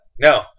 No